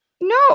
No